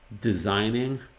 designing